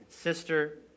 sister